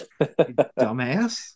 Dumbass